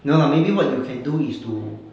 no lah maybe what you can do is to